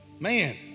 Man